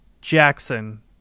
Jackson